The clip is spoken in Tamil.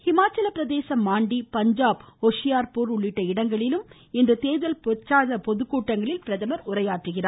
ஹிமாச்சல் பிரதேசம் மாண்டி பஞ்சாப் ஹோஷியார்பூர் உள்ளிட்ட இடங்களில் இன்று தேர்தல் பிரச்சார பொதுக்கூட்டங்களிலும் பிரதமர் உரையாற்றுகிறார்